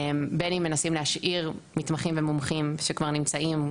בין אם מנסים להשאיר מתמחים ומומחים שכבר נמצאים,